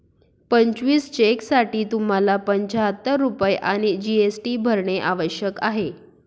पंचवीस चेकसाठी तुम्हाला पंचाहत्तर रुपये आणि जी.एस.टी भरणे आवश्यक आहे